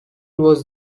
was